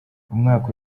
umwaka